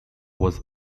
was